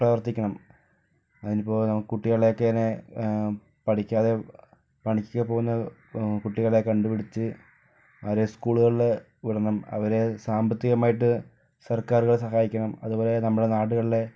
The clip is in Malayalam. പ്രവർത്തിക്കണം അതിനിപ്പോൾ കുട്ടികളെയൊക്കെ പഠിക്കാതെ പണിക്ക് പോകുന്ന കുട്ടികളെ കണ്ട് പിടിച്ച് അവരെ സ്കൂളുകളിൽ വിടണം അവരെ സാമ്പത്തിമായിട്ട് സർക്കാരുകൾ സഹായിക്കണം അതുപോലെ നമ്മൾ നാടുകളിലെ